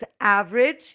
average